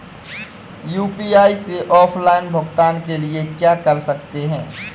UPI से offline भुगतान के लिए क्या कर सकते हैं?